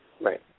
Right